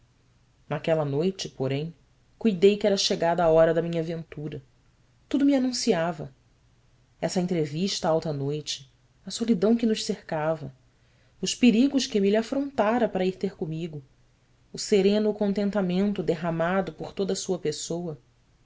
naquela noite porém cuidei que era chegada a hora da minha ventura tudo me anunciava essa entrevista alta noite a solidão que nos cercava os perigos que emília afrontara para ir ter comigo o sereno contentamento derramado por toda sua pessoa